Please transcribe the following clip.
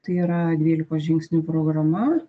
tai yra dvylikos žingsnių programa